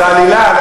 זה עלילה.